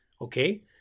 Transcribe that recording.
Okay